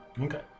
Okay